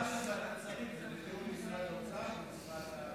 ההערה של ועדת השרים היא: בתיאום עם משרד האוצר ומשרד הבריאות.